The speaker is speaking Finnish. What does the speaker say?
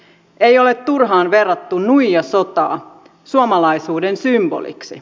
ei ole turhaan verrattu nuijasotaa suomalaisuuden symboliksi